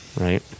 Right